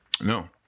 No